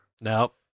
Nope